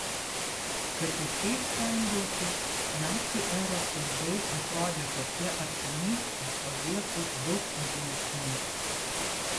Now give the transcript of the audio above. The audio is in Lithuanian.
kad ir kaip stengiausi nacių eros siaubai atrodė tokie artimi o sovietų daug tolimesni